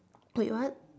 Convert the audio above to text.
wait what